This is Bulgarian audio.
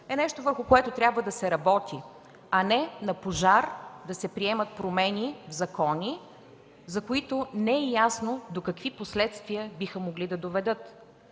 – нещо, върху което трябва да се работи, а не на пожар да се приемат промени в закони, за които не е ясно до какви последствия биха могли да доведат.